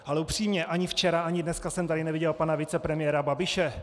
Ale upřímně, ani včera ani dneska jsem tady neviděl pana vicepremiéra Babiše.